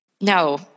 no